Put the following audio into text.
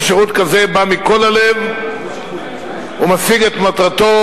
ששירות כזה בא מכל הלב ומשיג את מטרתו